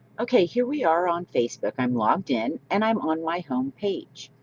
ok here we are on facebook. i'm logged in and i'm on my home page.